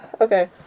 Okay